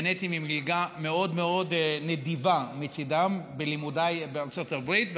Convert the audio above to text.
נהניתי ממלגה מאוד מאוד נדיבה מצידם בלימודיי בארצות הברית,